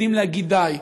יודעים להגיד די,